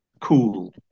cool